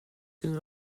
can